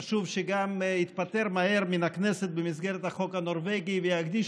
חשוב שגם יתפטר מהר מן הכנסת במסגרת החוק הנורבגי ויקדיש